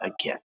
again